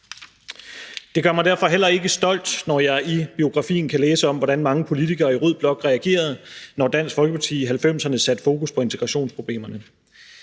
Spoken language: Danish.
Det gør mig derfor heller ikke stolt, når jeg i biografien kan læse om, hvordan mange politikere i rød blok reagerede, når Dansk Folkeparti i 1990'erne satte fokus på integrationsproblemerne.